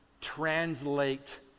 translate